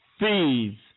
fees